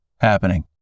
happening